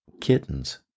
kittens